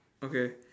okay